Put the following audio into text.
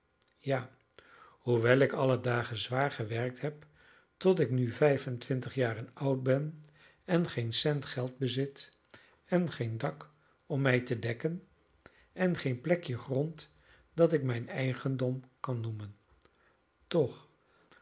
ja hoewel ik alle dagen zwaar gewerkt heb tot ik nu vijf en twintig jaren oud ben en geen cent geld bezit en geen dak om mij te dekken en geen plekje grond dat ik mijn eigendom kan noemen toch